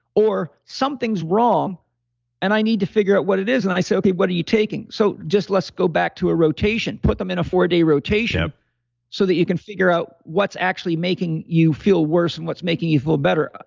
or something's wrong and i need to figure out what it is. and i say, okay, what are you taking? so just let's go back to a rotation, put them in a four day rotation so that you can figure out what's actually making you feel worse and what's making you feel better.